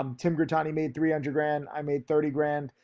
um tim brittani made three hundred grand, i made thirty grand,